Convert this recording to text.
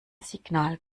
signal